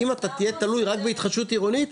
ואם אתה תהיה תלוי רק בהתחדשות עירונית,